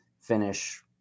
finish